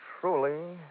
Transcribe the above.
truly